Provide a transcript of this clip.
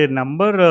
number